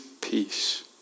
peace